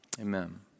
Amen